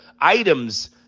items